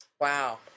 Wow